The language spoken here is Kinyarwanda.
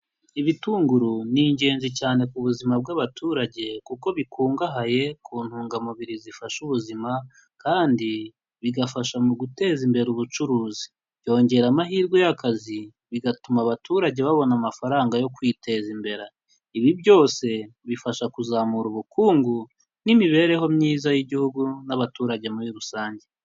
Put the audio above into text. Ibitunguru ni ingenzi cyane ku buzima bw'abaturage kuko bikungahaye, ku ntungamubiri zifasha ubuzima, kandi bigafasha mu guteza imbere ubucuruzi. Byongera amahirwe y'akazi, bigatuma abaturage babona amafaranga yo kwiteza imbere. Ibi byose, bifasha kuzamura ubukungu, n'imibereho myiza y'igihugu, n'abaturage muri rusange.